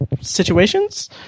situations